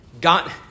got